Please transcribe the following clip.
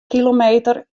kilometer